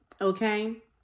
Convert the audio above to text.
okay